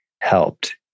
helped